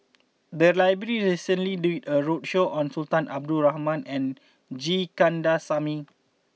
the library recently did a roadshow on Sultan Abdul Rahman and G Kandasamy